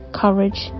courage